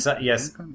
yes